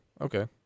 okay